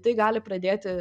tai gali pradėti